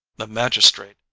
the magistrate,